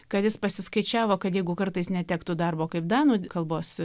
kad jis pasiskaičiavo kad jeigu kartais netektų darbo kaip danų kalbos